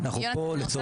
אנחנו פה לצורך העניין.